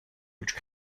which